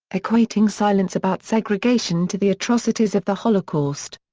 equating silence about segregation to the atrocities of the holocaust.